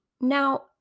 Now